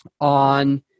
on